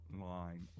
line